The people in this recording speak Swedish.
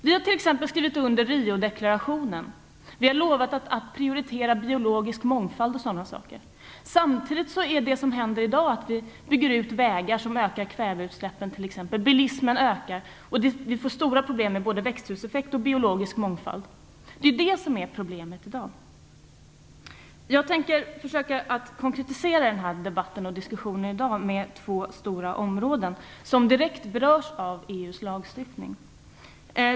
Vi har t.ex. skrivit under Riodeklarationen. Vi har lovat att prioritera biologisk mångfald. Samtidigt bygger vi i dag ut vägar, vilket ökar kväveutsläppen. Bilismen ökar, och vi får stora problem med både växthuseffekt och biologisk mångfald. Det är det som är problemet i dag. Jag tänker försöka konkretisera debatten och diskussionen i dag på två stora områden som direkt berörs av EU:s lagstiftning.